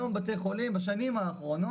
היום בתי חולים, בשנים האחרונות,